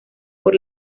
por